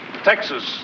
Texas